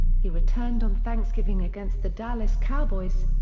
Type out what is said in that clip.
he returned on thanksgiving against the dallas cowboys.